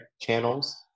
channels